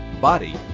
body